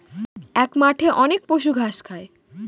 এক মাঠে অনেক পশু ঘাস খায়